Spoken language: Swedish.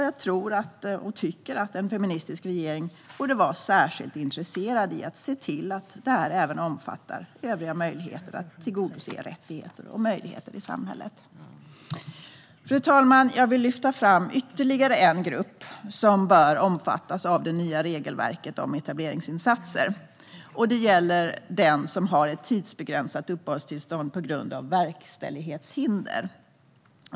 Jag tycker att en feministisk regering borde vara särskilt intresserad av att se till att detta även omfattar övriga möjligheter när det gäller att tillgodose rättigheter och möjligheter i samhället. Fru talman! Jag vill lyfta fram ytterligare en grupp som bör omfattas av det nya regelverket om etableringsinsatser. Det gäller dem som har ett tidsbegränsat uppehållstillstånd på grund av verkställighetshinder.